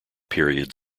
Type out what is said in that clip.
period